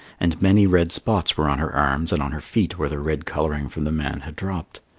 and many red spots were on her arms and on her feet where the red colouring from the man had dropped.